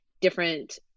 different